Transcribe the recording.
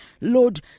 Lord